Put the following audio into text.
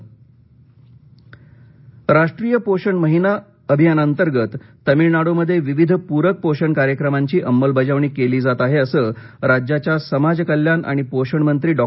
तमिळनाड पोषण राष्ट्रीय पोषण महिना अभियानाअंतर्गत तमिळनाडूमध्ये विविध प्रक पोषण कार्यक्रमांची अंमलबजावणी केली जात आहे असं राज्याच्या समाज कल्याण आणि पोषण मंत्री डॉ